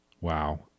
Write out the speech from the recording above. Wow